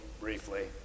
briefly